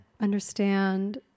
understand